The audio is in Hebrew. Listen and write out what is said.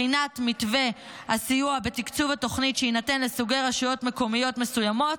בחינת מתווה הסיוע ותקצוב התוכנית שיינתן לסוגי רשויות מקומיות מסוימות,